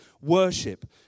worship